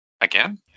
again